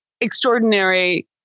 extraordinary